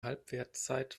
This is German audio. halbwertszeit